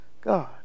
God